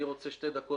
אני מבקש פסק זמן לחשוב.